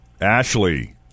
Ashley